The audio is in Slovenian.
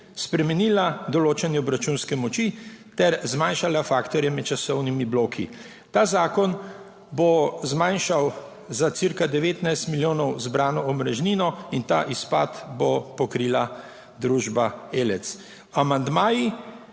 spremenila določanje obračunske moči ter zmanjšala faktorje med časovnimi bloki. Ta zakon bo zmanjšal za cirka 19 milijonov zbrano omrežnino in ta izpad bo pokrila družba Eles.